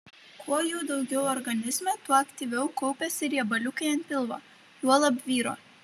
kuo jų daugiau organizme tuo aktyviau kaupiasi riebaliukai ant pilvo juolab vyro